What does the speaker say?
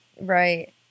right